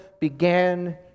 began